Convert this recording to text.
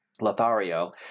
Lothario